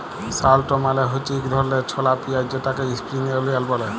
shallot মালে হছে ইক ধরলের ছলা পিয়াঁইজ যেটাকে ইস্প্রিং অলিয়াল ব্যলে